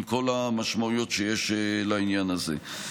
עם כל המשמעויות שיש לעניין הזה.